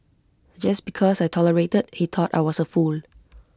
just because I tolerated he thought I was A fool